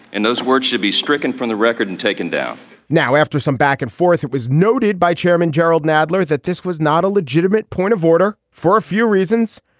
and those words should be stricken from the record and taken down now, after some back and forth, it was noted by chairman jerrold nadler that this was not a legitimate point of order for a few reasons.